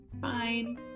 fine